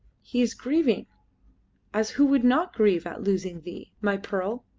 he is grieving as who would not grieve at losing thee, my pearl!